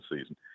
season